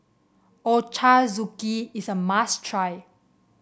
ochazuke is a must try